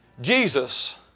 Jesus